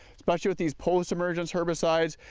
especially with these post emergence herbicides.